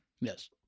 Yes